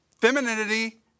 femininity